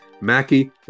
Mackie